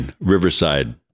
Riverside